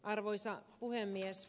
arvoisa puhemies